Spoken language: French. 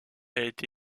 été